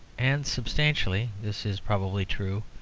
and, substantially, this is probably true,